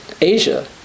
Asia